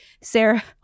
Sarah